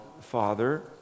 Father